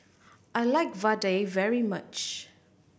I like vadai very much